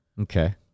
Okay